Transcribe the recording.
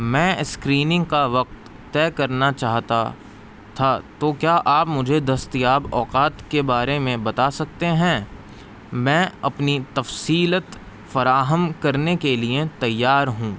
میں اسکرینگ کا وقت طے کرنا چاہتا تھا تو کیا آپ مجھے دستیاب اوقات کے بارے میں بتا سکتے ہیں میں اپنی تفصیلات فراہم کرنے کے لیے تیار ہوں